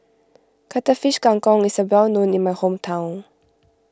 Cuttlefish Kang Kong is well known in my hometown